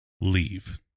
Leave